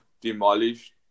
demolished